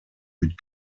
mit